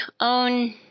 own